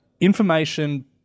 information